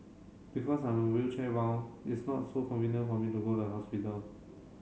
because I'm wheelchair bound it's not so convenient for me to go the hospital